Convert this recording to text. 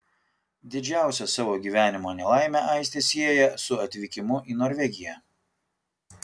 didžiausią savo gyvenimo nelaimę aistė sieja su atvykimu į norvegiją